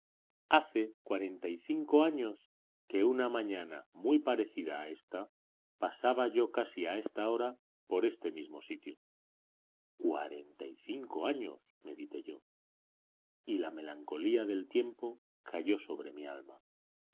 hace cuarenta y cinco años que una mañana muy parecida a ésta pasaba yo casi a esta hora por este mismo sitio cuarenta y cinco años medité yo y la melancolía del tiempo cayó sobre mi alma